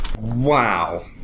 Wow